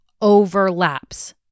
overlaps